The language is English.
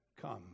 come